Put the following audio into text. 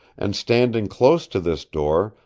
and standing close to this door,